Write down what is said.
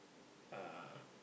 uh